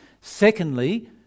secondly